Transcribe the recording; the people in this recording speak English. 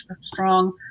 strong